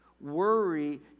worry